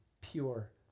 pure